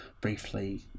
briefly